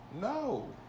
no